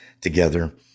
together